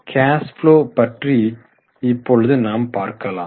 cash flow பற்றி இப்பொழுது நாம் பார்க்கலாம்